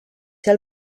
ser